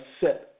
set